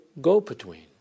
go-between